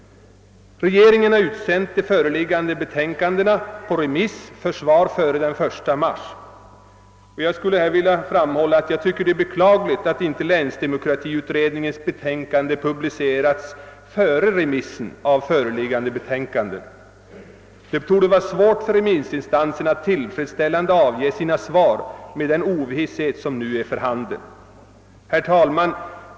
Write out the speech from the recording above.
Regeringen har utsänt de föreliggande betänkandena på remiss för svar före den 1 mars. Jag skulle här vilja framhålla att jag tycker det är beklagligt att inte länsdemokratiutredningens betänkande publicerats före remissen av föreliggande betänkanden. Det torde vara svårt för remissinstanserna att tillfredsställande avge sina svar med den Oovisshet som nu råder. Herr talman!